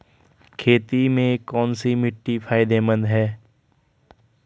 खेती में कौनसी मिट्टी फायदेमंद है?